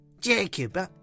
Jacob